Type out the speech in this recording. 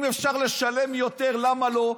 אם אפשר לשלם יותר, למה לא?